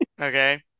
Okay